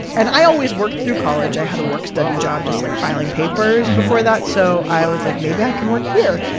and i always worked through college. i had a work-study job just, like, filing papers before that. so i was like, maybe i can work here.